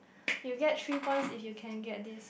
you get three points if you can get this